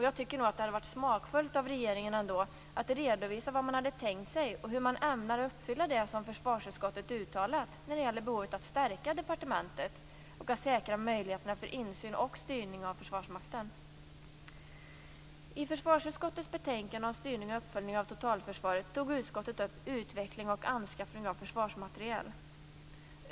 Jag tycker att det hade varit smakfullt av regeringen att redovisa vad man hade tänkt sig och hur man ämnar uppfylla det som försvarsutskottet uttalat när det gäller behovet av att stärka departementet och att säkra möjligheterna för insyn och styrning av Försvarsmakten. I försvarsutskottets betänkande om styrning och uppföljning av totalförsvaret tog utskottet upp frågan om utveckling och anskaffning av försvarsmateriel.